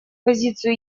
позицию